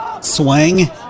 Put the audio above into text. Swing